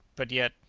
but yet.